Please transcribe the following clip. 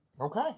Okay